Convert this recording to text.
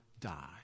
die